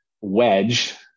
wedge